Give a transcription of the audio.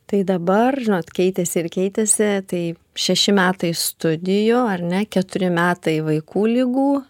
tai dabar žinot keitėsi ir keitėsi tai šeši metai studijų ar ne keturi metai vaikų ligų